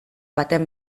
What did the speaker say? baten